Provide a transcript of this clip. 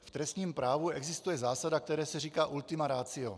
V trestním právu existuje zásada, které se říká ultima ratio.